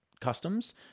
customs